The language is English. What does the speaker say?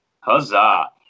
Huzzah